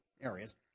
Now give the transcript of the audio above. areas